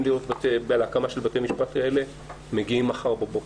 להיות לצורך הקמה של בתי משפט כאלה מגיעים מחר בבוקר.